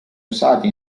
usate